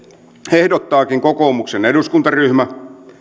ehdottaakin kokoomuksen eduskuntaryhmä